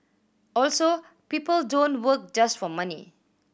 also people don't work just for money